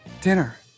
dinner